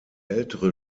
ältere